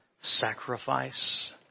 sacrifice